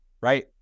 right